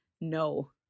no